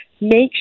Make